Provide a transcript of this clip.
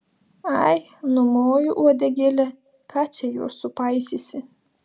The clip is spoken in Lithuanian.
ai numoju uodegėle ką čia juos supaisysi